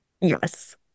Yes